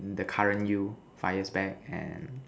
the current you five years back and